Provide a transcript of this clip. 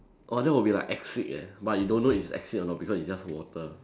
oh that will be like acid leh but you don't know is acid or not because it's just water